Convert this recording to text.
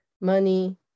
money